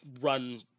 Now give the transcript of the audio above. Run